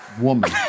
woman